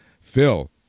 Phil